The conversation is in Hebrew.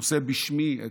נושא בשמי,